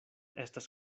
estas